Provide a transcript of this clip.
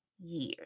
years